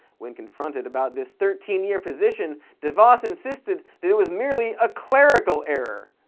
when confronted about this thirteen year position, devos insisted that it was merely a clerical error.